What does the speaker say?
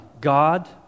God